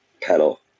pedal